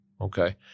Okay